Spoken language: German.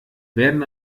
werden